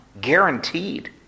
Guaranteed